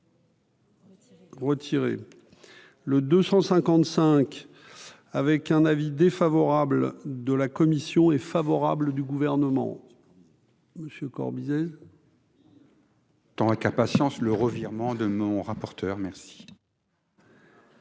Retirer le 255 avec un avis défavorable de la commission. Favorable du gouvernement Monsieur Corbizet. Dans incapacité le revirement de mon rapporteur merci.